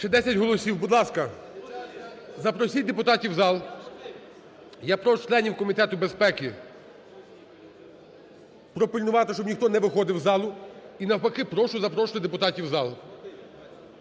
Ще 10 голосів. Будь ласка, запросіть депутатів в зал. Я прошу членів Комітету безпеки пропильнувати, щоб ніхто не виходив із залу. І навпаки прошу запросити депутатів в зал.